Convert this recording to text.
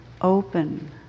open